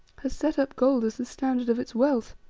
has set up gold as the standard of its wealth.